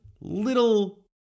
little